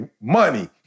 money